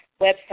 website